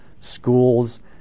schools